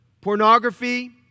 pornography